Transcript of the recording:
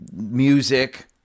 music